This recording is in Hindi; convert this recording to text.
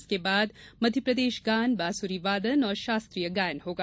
इसके बाद मध्यप्रदेश गान बांसुरी वादन और शास्त्रीय गायन होगा